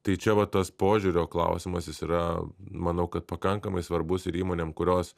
tai čia vat tas požiūrio klausimas jis yra manau kad pakankamai svarbus ir įmonėm kurios